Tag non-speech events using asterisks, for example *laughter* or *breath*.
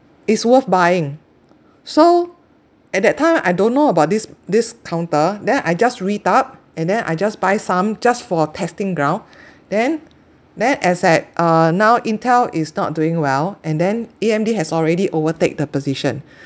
is worth buying so at that time I don't know about this this counter then I just read up and then I just buy some just for testing ground then then as at uh now intel is not doing well and then A_M_D has already overtake the position *breath*